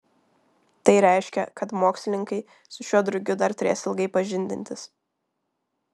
tai reiškia kad mokslininkai su šiuo drugiu dar turės ilgai pažindintis